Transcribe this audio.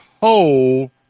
whole